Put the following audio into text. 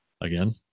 Again